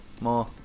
More